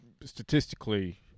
Statistically